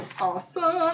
Awesome